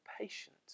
patient